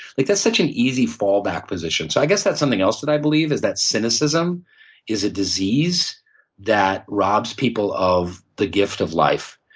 like, that's such an easy fallback position. so i guess that's something else that i believe is that cynicism is a disease that robs people of the gift of life.